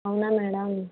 అవునా మేడం